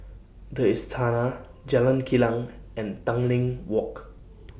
The Istana Jalan Kilang and Tanglin Walk